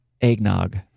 eggnog